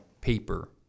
paper